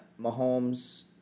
Mahomes